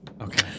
Okay